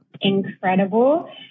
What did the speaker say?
incredible